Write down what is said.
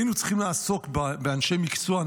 היינו צריכים לעסוק באנשי מקצוע,